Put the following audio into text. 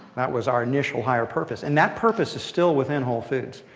that was our initial higher purpose. and that purpose is still within whole foods,